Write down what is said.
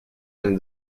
and